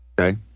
okay